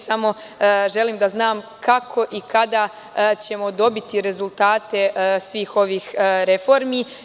Samo želim da znam kako i kada ćemo dobiti rezultate svih ovih reformi?